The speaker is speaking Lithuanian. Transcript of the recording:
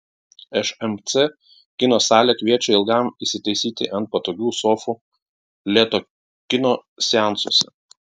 šmc kino salė kviečia ilgam įsitaisyti ant patogių sofų lėto kino seansuose